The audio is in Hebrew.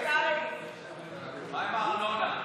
מה עם הארנונה?